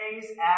days